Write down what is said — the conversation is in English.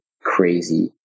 crazy